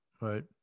Right